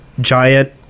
giant